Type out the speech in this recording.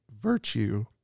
virtue